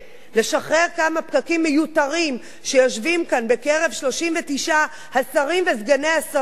לשחרר כמה פקקים מיותרים שיושבים כאן בקרב 39 השרים וסגני השרים,